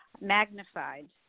magnified